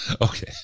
Okay